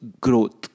growth